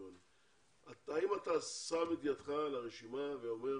האם אתה שם את ידך על הרשימה ואומר